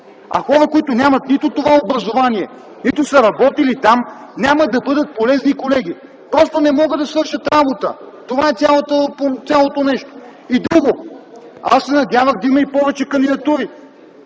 А хора, които нямат нито това образование, нито са работили там, няма да бъдат полезни. Просто не могат да свършат работа! И друго. Аз се надявах да има повече кандидатури.